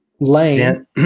lane